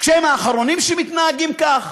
כשהם האחרונים שמתנהגים כך?